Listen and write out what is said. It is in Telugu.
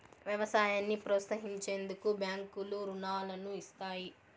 వ్యవసాయాన్ని ప్రోత్సహించేందుకు బ్యాంకులు రుణాలను ఇస్తాయి